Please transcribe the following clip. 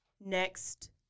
next